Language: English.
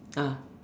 ah